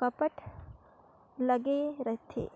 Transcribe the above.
कपाट लगे रथे